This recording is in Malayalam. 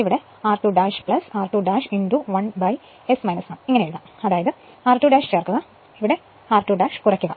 ഇവിടെ r2 r2 1S 1 എഴുതാം അതായത് r2' ചേർക്കുക r2 കുറയ്ക്കുക